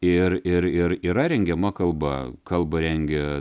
ir ir ir yra rengiama kalba kalbą rengia